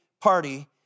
party